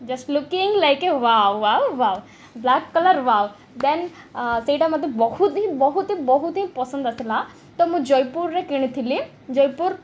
just looking like a wow wow wow black colour wow then ସେଇଟା ମୋତେ ବହୁତ ହିଁ ବହୁତ ହିଁ ବହୁତ ହିଁ ପସନ୍ଦ ଆସିଲା ତ ମୁଁ ଜୟପୁରରେ କିଣିଥିଲି ଜୟପୁର